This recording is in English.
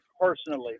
personally